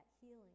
healing